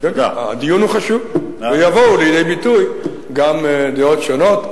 הדיון הוא חשוב, ויבואו לידי ביטוי גם דעות שונות.